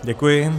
Děkuji.